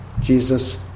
Jesus